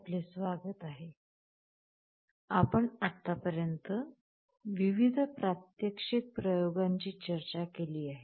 आपण आतापर्यंत विविध प्रात्यक्षिक प्रयोगांची चर्चा केली आहे